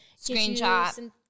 screenshot